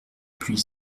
plus